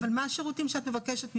מהם השירותים שאת מבקשת ממנה?